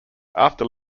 after